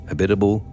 Habitable